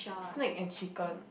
snake and chicken